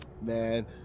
man